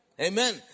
Amen